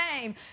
name